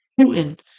Putin